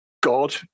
God